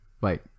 wait